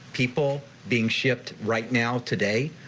people being shipped right now, today,